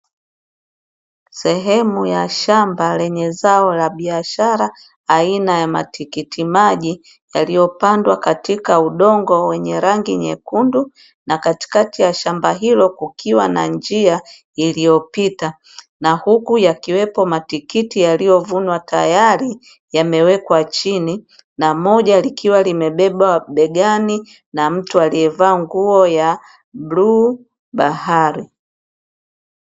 Sehemu ya shamba lenye zao la biashara aina ya matikiti maji yaliyopandwa katika udongo wenye rangi nyekundu na katikati ya shamba hilo kukiwa na njia iliyopita. Na huku yakiwepo matikiti yaliyovunwa tayari yamewekwa chini na moja likiwa limebebwa begani na mtu aliyevaa nguo ya bluu bahari.